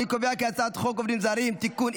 אני קובע כי הצעת חוק עובדים זרים (תיקון,